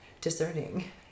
discerning